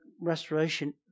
restoration